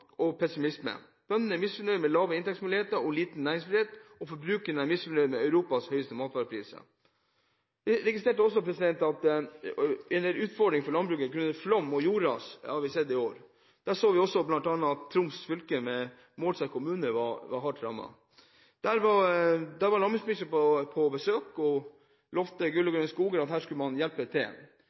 og pessimisme. Bøndene er misfornøyd med lave inntektsmuligheter og liten næringsfrihet, og forbrukerne er misfornøyd med Europas høyeste matvarepriser. Fremskrittspartiet registrerer også en utfordring for landbruket grunnet flom og jordras, som vi har sett i år. Vi så dette bl.a. i Troms fylke, der Målselv kommune var hardt rammet. Der var landbruksministeren på besøk, han lovet gull og grønne skoger, og at man skulle hjelpe til.